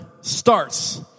starts